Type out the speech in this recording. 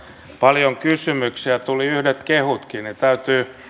paljon kysymyksiä tuli yhdet kehutkin